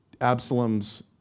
Absalom's